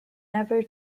never